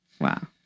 Wow